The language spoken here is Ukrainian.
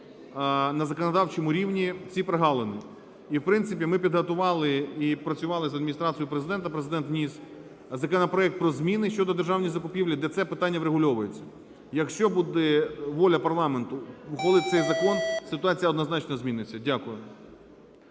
на законодавчому рівні, ці прогалини. І, в принципі, ми підготували і працювали з Адміністрацією Президента. Президент вніс законопроект про зміни щодо державних закупівель, де це питання врегульовується. Якщо буде воля парламенту ухвалити цей закон, ситуація однозначно зміниться. Дякую.